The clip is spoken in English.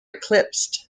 eclipsed